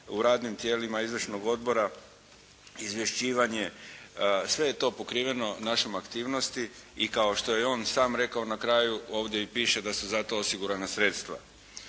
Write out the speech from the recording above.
u radnim tijelima izvršnog odbora, izvješćivanje, sve je to pokriveno našom aktivnosti i kao što je on sam rekao na kraju, ovdje i piše da su za to osigurana sredstva.